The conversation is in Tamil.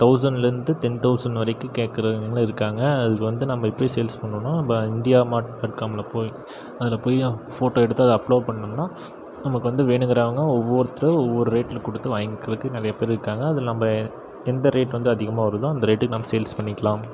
தௌசன்ட்லேர்ந்து டென் தௌசன்ட் வரைக்கும் கேட்குறவங்களும் இருக்காங்க அதை வந்து நம்ப எப்படி சேல்ஸ் பண்ணணும்னா நம்ப இந்தியா மார்ட் டாட் காம்ல போய் அதில் போய் ஏன் போட்டோ எடுத்து அதில் அப்லோடு பண்ணோம்ன்னா நமக்கு வந்து வேணுங்குறவங்க ஒவ்வொருத்தரும் ஒவ்வொரு ரேட்டில் கொடுத்து வாங்கிகிறதுக்கு நிறைய பேர் இருக்காங்க அதில் நம்ப எந்த ரேட்டு வந்து அதிகமாக வருதோ அந்த ரேட்டுக்கு நம்ப சேல்ஸ் பண்ணிக்கலாம்